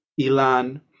Ilan